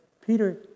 Peter